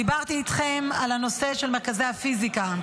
דיברתי איתכם על הנושא של מרכזי הפיזיקה.